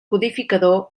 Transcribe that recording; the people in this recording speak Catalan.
codificador